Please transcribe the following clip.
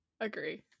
Agree